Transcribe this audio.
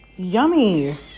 Yummy